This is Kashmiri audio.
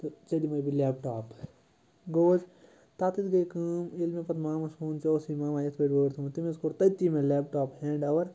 تہٕ ژےٚ دِمَے بہٕ لیپٹاپ گوٚو حظ تَتھ حظ گٔے کٲم ییٚلہِ مےٚ پَتہٕ مامَس ووٚن ژےٚ اوسٕے ماما یِتھ پٲٹھۍ وٲڈ تھوٚمُت تٔمۍ حظ کوٚر تٔتی مےٚ لیپٹاپ ہینٛڈ اَوَر